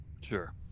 Sure